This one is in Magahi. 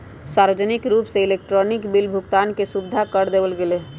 सार्वजनिक रूप से इलेक्ट्रॉनिक बिल भुगतान के सुविधा कर देवल गैले है